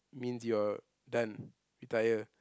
means you're done retire